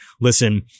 listen